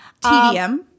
TDM